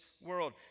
world